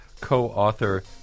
co-author